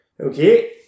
Okay